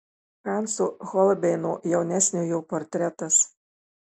hanso holbeino jaunesniojo portretas